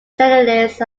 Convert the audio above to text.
journalist